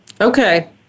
Okay